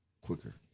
quicker